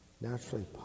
naturally